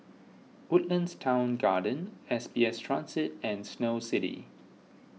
Woodlands Town Garden S B S Transit and Snow City